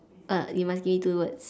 err you must give me two words